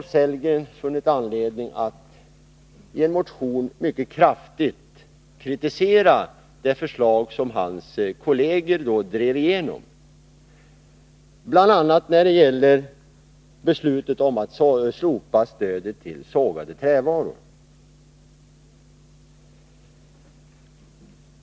föranlåten att i en motion mycket kraftigt kritisera det förslag som hans kolleger hade drivit igenom, bl.a. slopandet av stödet till sågade trävaror.